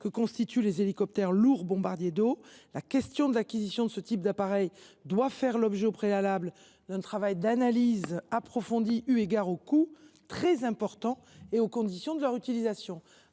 que constituent les hélicoptères lourds bombardiers d’eau. La question de l’acquisition de ce type d’appareils doit faire l’objet au préalable d’un travail d’analyse approfondi, eu égard au coût très important et aux conditions de leur utilisation.